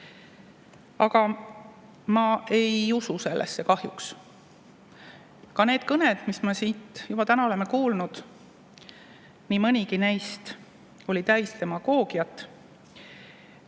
Aga ma ei usu sellesse kahjuks. Ka need kõned, mida me siin täna oleme kuulnud – nii mõnigi neist oli täis demagoogiat,